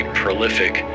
prolific